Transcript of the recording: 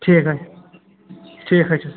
ٹھیٖک حظ چھُ ٹھیٖک حظ چھُ